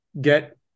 get